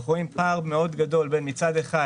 אנחנו רואים פער מאוד גדול בין המיסוי,